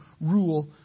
rule